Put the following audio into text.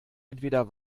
entweder